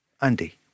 Andy